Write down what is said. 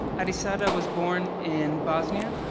adisada was born in bosnia,